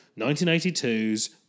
1982's